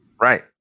Right